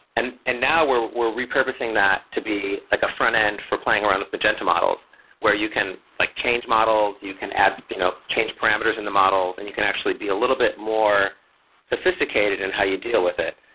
and and now, we're we're repurposing that to be like a frontend for playing around with magenta models where you can like change models, you can you know change parameters in the models and you can actually be a little bit more sophisticated in how you deal with it.